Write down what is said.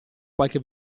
qualche